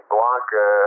Blanca